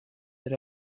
that